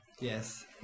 Yes